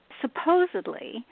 supposedly